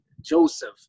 Joseph